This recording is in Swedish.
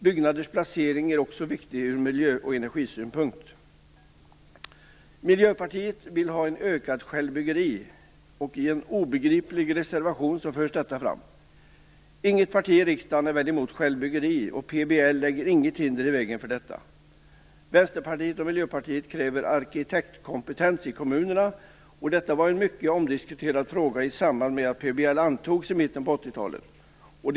Byggnaders placering är också viktig från miljö och energisynpunkt. Miljöpartiet vill ha ett ökat självbyggeri. I en obegriplig reservation förs detta fram. Inget parti i riksdagen är väl emot självbyggeri. PBL lägger heller inte något hinder i vägen för detta. Vänsterpartiet och Miljöpartiet kräver arkitektkompetens i kommunerna. Det var en mycket omdiskuterad fråga i mitten av 80 talet i samband med att PBL antogs.